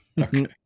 okay